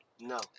No